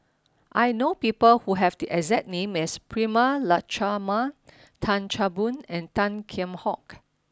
I know people who have the exact name as Prema Letchumanan Tan Chan Boon and Tan Kheam Hock